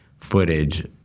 footage